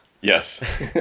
Yes